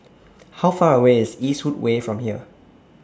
How Far away IS Eastwood Way from here